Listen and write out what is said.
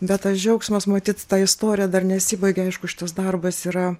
bet tas džiaugsmas matyt ta istorija dar nesibaigė aišku šitas darbas yra